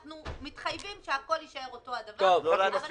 אנחנו מתחייבים שהכול יישאר אותו דבר, אבל אנחנו